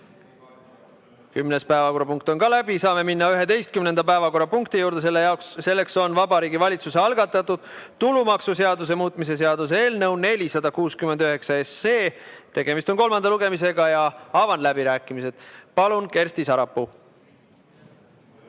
päevakorrapunkt on läbi. Saame minna 11. päevakorrapunkti juurde, selleks on Vabariigi Valitsuse algatatud tulumaksuseaduse muutmise seaduse eelnõu 469. Tegemist on kolmanda lugemisega. Avan läbirääkimised. Palun, Kersti Sarapuu!